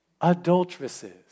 adulteresses